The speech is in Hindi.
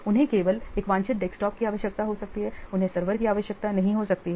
उन्हें केवल एक वांछित डेस्कटॉप की आवश्यकता हो सकती है उन्हें सर्वर की आवश्यकता नहीं हो सकती है